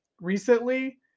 recently